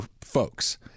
folks